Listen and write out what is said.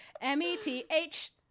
M-E-T-H